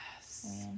Yes